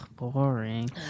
boring